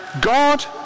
God